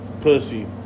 pussy